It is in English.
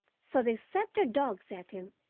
so they set their dogs at him,